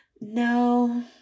No